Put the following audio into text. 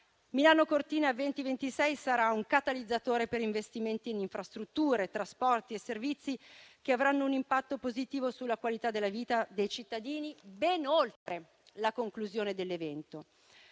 Milano Cortina 2026 sarà un catalizzatore per investimenti in infrastrutture, trasporti e servizi, che avranno un impatto positivo sulla qualità della vita dei cittadini ben oltre la conclusione dell'evento.